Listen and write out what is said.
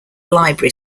library